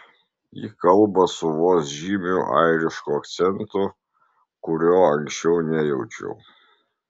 ji kalba su vos žymiu airišku akcentu kurio anksčiau nejaučiau